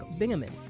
Bingaman